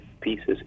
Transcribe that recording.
pieces